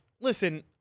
listen